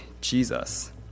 Jesus